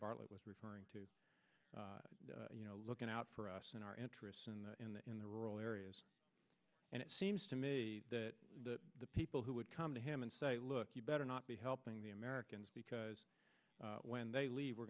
bartlett was referring to you know looking out for us in our interests and in the in the rural areas and it seems to me that the people who would come to him and say look you better not be helping the americans because when they leave we